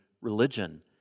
religion